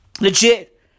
Legit